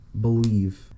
believe